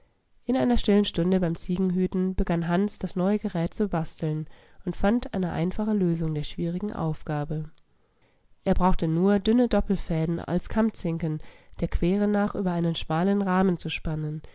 in einer stillen stunde beim ziegenhüten begann hans das neue gerät zu basteln und fand eine einfache lösung der schwierigen aufgabe er brauchte nur dünne doppelfäden als kammzinken der quere nach über einen schmalen rahmen zu spannen